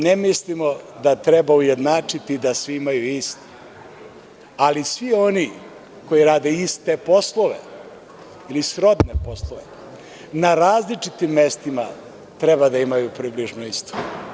Ne mislimo da treba ujednačiti da sviimaju isto, ali svi oni koji rade iste poslove ili srodne poslove, na različitim mestima, treba da imaju približno isto.